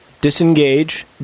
Disengage